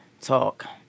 Talk